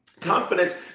Confidence